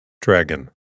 Dragon